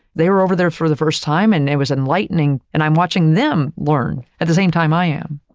they were over there for the first time and it was enlightening, and i'm watching them learn at the same time i am.